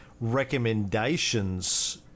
recommendations